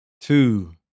Two